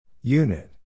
Unit